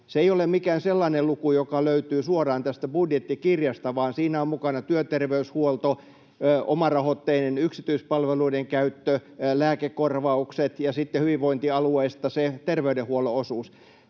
Se ei ole mikään sellainen luku, joka löytyy suoraan tästä budjettikirjasta, vaan siinä ovat mukana työterveyshuolto, omarahoitteinen yksityispalveluiden käyttö, lääkekorvaukset ja sitten hyvinvointialueista se terveydenhuollon osuus.